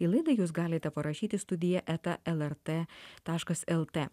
į laidą jūs galite parašyti studija eta lrt taškas lt